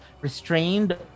restrained